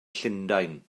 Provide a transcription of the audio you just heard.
llundain